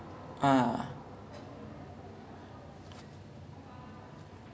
so like ya kaakha kaakha was when I saw suriya then I was like !wah! okay this guy's a really good actor